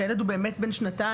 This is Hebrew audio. שהילד הוא באמת בן שנתיים.